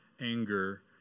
anger